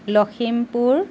Lakhimpur